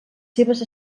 seves